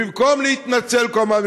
במקום להתנצל כל הזמן,